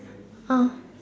uh